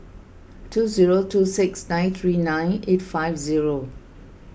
two zero two six nine three nine eight five zero